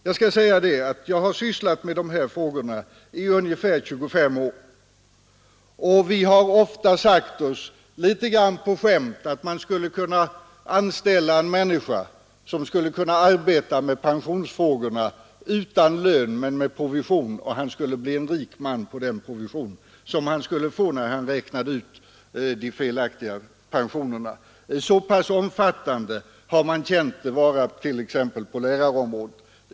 Jag har sysslat med dessa frågor i ungefär 25 år, och inom den organisation där jag är verksam har vi ofta sagt oss litet grand på skämt att vi skulle kunna anställa en människa för att arbeta med pensionsfrågorna utan lön men med provision och att han skulle bli en rik man på den provisionen han skulle få på att räkna om de felaktiga pensionerna. Så pass omfattande har vi känt det vara t.ex. på lärarområdet.